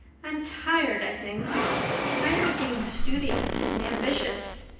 i'm tired, i think tired of being studious and ambitious.